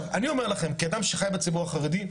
אני אומר לכם כאדם שחי בציבור החרדי,